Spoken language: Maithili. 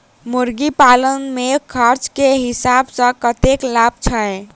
मुर्गी पालन मे खर्च केँ हिसाब सऽ कतेक लाभ छैय?